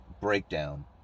breakdown